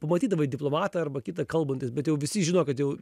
pamatydavai diplomatą arba kitą kalbantis bet jau visi žino kad jau